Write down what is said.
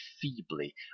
feebly